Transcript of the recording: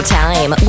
time